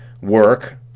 work